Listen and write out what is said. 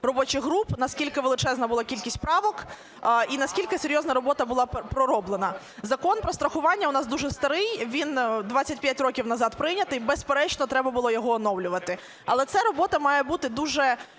робочих груп, наскільки величезна була кількість правок і наскільки серйозна робота була пророблена. Закон "Про страхування" у нас дуже старий, він 25 років назад прийнятий. Безперечно, треба було його оновлювати. Але ця робота має бути дуже